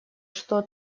что